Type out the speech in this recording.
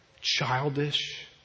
childish